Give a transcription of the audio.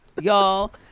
y'all